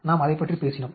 நாம் அதைப்பற்றி பேசினோம்